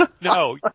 no